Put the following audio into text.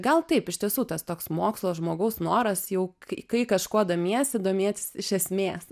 gal taip iš tiesų tas toks mokslo žmogaus noras jau kai kai kažkuo domiesi domėtis iš esmės